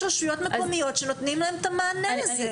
רשויות מקומיות שנותנות להם את המענה הזה.